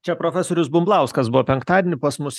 čia profesorius bumblauskas buvo penktadienį pas mus